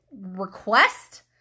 request